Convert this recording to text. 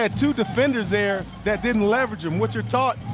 ah two defenders there that didn't leverage him. what you're taught,